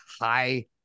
high